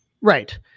Right